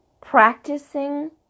practicing